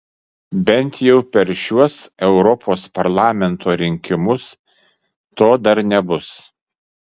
bent jau per šiuos europos parlamento rinkimus to dar nebus